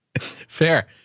fair